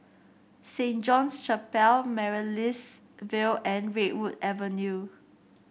Saint John's Chapel Amaryllis Ville and Redwood Avenue